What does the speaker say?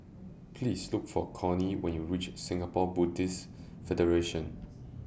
Please Look For Connie when YOU REACH Singapore Buddhist Federation